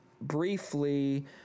briefly